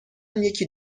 یکی